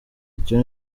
icyo